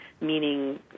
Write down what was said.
meaning